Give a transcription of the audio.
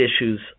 issues